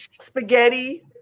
spaghetti